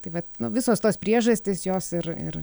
tai vat nu visos tos priežastys jos ir ir